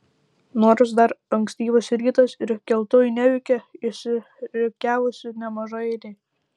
nors dar ankstyvas rytas ir keltuvai neveikia išsirikiavusi nemaža eilė